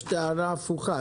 יש טענה הפוכה,